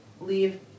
leave